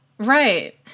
Right